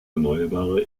erneuerbare